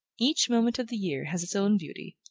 each moment of the year has its own beauty,